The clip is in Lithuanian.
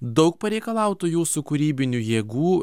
daug pareikalautų jūsų kūrybinių jėgų